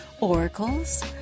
oracles